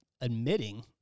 admitting